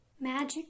Magic